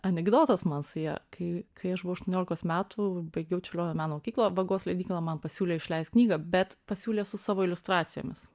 anekdotas man su ja kai kai aš buvau aštuoniolikos metų baigiau čiurlionio meno mokyklą vagos leidykla man pasiūlė išleist knygą bet pasiūlė su savo iliustracijomis